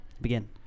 Begin